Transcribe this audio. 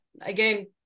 again